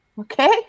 Okay